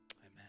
amen